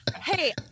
Hey